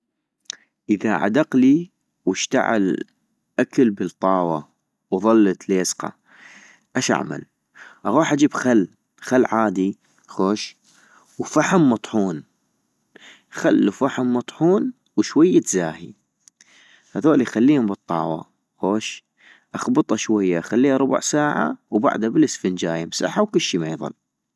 اذا عدقلي واشتغل اكل بالطاوة وضلت ليزقة اش اعمل؟ - اغوح أجيب خل، خل عادي خوش، وفحم مطحون، خل وفحم مطحون وشوية زاهي ، هذولي خليهم بالطاوة خوش، اخبطا شوية ، اخليها ربع ساعة ، وبعدا بالاسفنجاي امسحا وكشي ما يضل